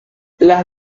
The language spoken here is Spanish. las